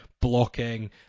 blocking